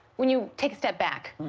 when you take a step back,